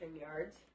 yards